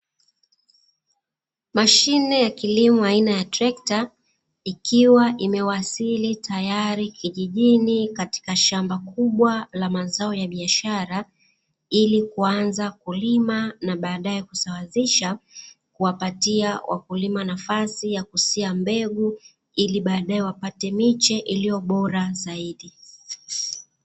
Mashine ya kilimo aina ya trekta, ikiwa imewasili tayari kijijini katika shamba kubwa la mazao ya biashara ili kuanza kulima na baadaye kusawazisha, kuwapatia wakulima nafasi ya kusia mbegu ili baadaye wapate miche iliyo bora zaidi.